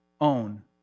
own